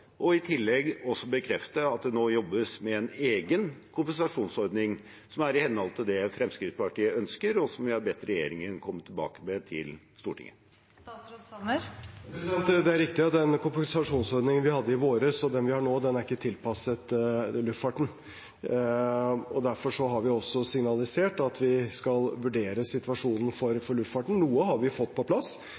og i tillegg også bekrefte at det nå jobbes med en egen kompensasjonsordning, som er i henhold til det Fremskrittspartiet ønsker, og som vi har bedt regjeringen komme tilbake med til Stortinget. Det er riktig at den kompensasjonsordningen vi hadde i vår og vi har nå, ikke er tilpasset luftfarten. Derfor har vi også signalisert at vi skal vurdere situasjonen for luftfarten. Noe har vi fått på plass